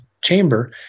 chamber